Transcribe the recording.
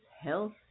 Health